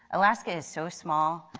alaska is so small,